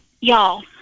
y'all